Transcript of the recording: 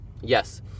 Yes